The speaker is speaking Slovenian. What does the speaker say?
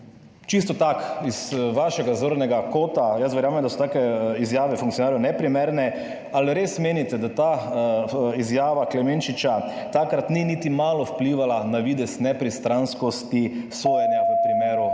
Čisto tako, z vašega zornega kota, jaz verjamem, da so take izjave funkcionarjev neprimerne: ali res menite, da ta izjava Klemenčiča takrat ni niti malo vplivala na videz nepristranskosti sojenja v primeru